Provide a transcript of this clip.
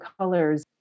colors